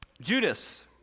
Judas